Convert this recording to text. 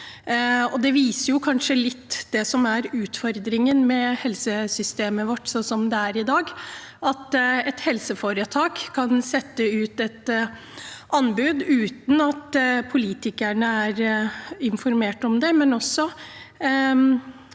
Det viser kanskje litt av det som er utfordringen med helsesystemet vårt slik det er i dag. Et helseforetak kan sette ut et anbud uten at politikerne er informert om det, men også